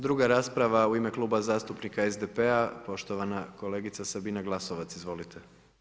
Druga rasprava u ime Kluba zastupnika SDP-a, poštovana kolegica Sabina Glasovac, izvolite.